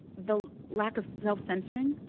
the lack of self-censoring,